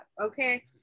Okay